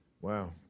Wow